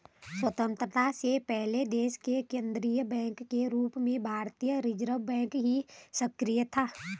स्वतन्त्रता से पहले देश के केन्द्रीय बैंक के रूप में भारतीय रिज़र्व बैंक ही सक्रिय था